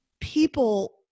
people